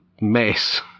mess